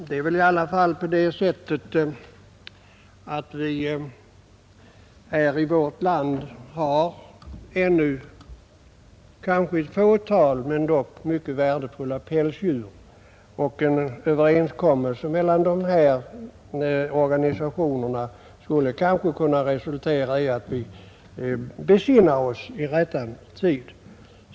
Fru talman! Vi har i vårt land ännu ett fåtal, dock mycket värdefulla pälsdjur, och en överenskommelse mellan de organisationer som nämnts i betänkandet skulle kanske kunna resultera i att vi besinnar oss i rättan tid.